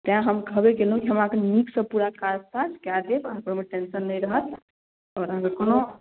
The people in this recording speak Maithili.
तैँ हम कहबे केलहुँ कि हम अहाँकेँ नीकसँ पूरा काज ताज कए देब अहाँके ओहिमे टेंशन नहि रहत आओर अहाँके कोनो